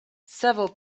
several